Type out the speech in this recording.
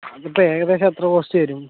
ഇതിപ്പോൾ ഏകദേശം എത്ര കോസ്റ്റ് വരും